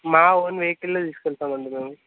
మా ఓన్ వెహికల్లో తీసుకు వెళ్తామండి మేము